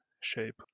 shape